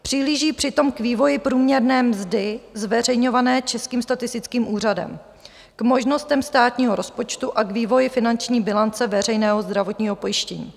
Přihlíží přitom k vývoji průměrné mzdy zveřejňované Českým statistickým úřadem, k možnostem státního rozpočtu a k vývoji finanční bilance veřejného zdravotního pojištění.